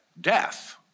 death